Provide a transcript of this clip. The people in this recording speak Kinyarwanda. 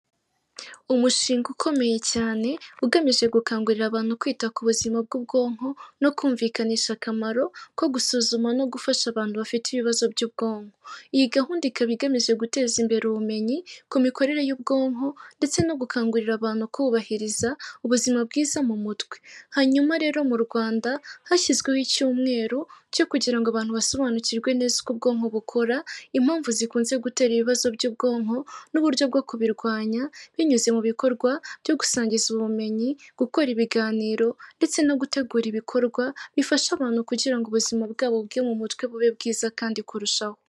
Umushinga ukomeye cyane, ugamije gukangurira abantu kwita ku buzima bw'ubwonko no kumvikanisha akamaro ko gusuzuma no gufasha abantu bafite ibibazo by'ubwonko. Iyi gahunda ikaba igamije guteza imbere ubumenyi ku mikorere y'ubwonko ndetse no gukangurira abantu kubahiriza ubuzima bwiza mu mutwe. Hanyuma rero mu Rwanda, hashyizweho icyumweru cyo kugira ngo abantu basobanukirwe neza uko ubwonko bukora, impamvu zikunze gutera ibibazo by'ubwonko n'uburyo bwo kubirwanya, binyuze mu bikorwa byo gusangiza ubumenyi, gukora ibiganiro ndetse no gutegura ibikorwa, bifasha abantu kugira ubuzima bwabo bwo mu mutwe bube bwiza kandi kurushaho.